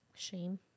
Shame